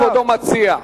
מה כבודו מציע?